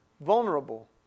vulnerable